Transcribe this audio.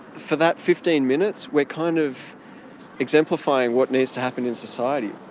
for that fifteen minutes we are kind of exemplifying what needs to happen in society.